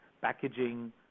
packaging